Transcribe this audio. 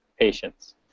patients